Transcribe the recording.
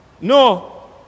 No